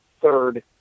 third